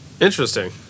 Interesting